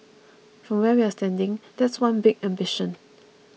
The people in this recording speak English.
from where we're standing that is one big ambition